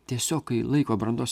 tiesiog kai laiko brandos